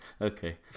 Okay